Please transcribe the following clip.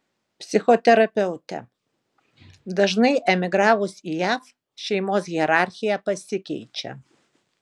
psichoterapeutė dažnai emigravus į jav šeimos hierarchija pasikeičia